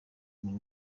muri